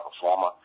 performer